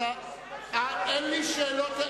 אין שאלות,